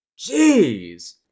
Jeez